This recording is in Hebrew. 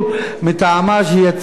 ההיגיון,